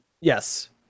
yes